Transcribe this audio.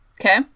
Okay